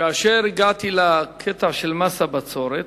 כאשר הגעתי לקטע של מס הבצורת,